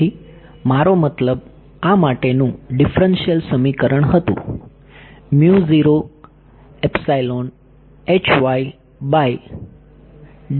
તેથી મારો મતલબ આ માટેનું ડિફરન્શિયલ સમીકરણ હતું અને આ TM કેસ છે